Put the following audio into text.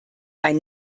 ein